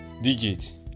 digits